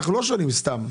אנחנו לא שואלים סתם.